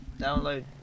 download